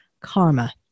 karma